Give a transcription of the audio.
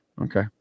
Okay